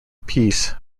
piece